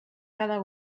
cada